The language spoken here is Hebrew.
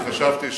הוא שר החוץ?